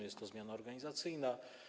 Jest to zmiana organizacyjna.